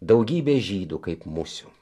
daugybė žydų kaip musių